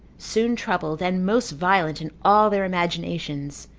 soon troubled, and most violent in all their imaginations,